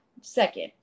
second